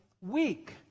weak